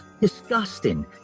disgusting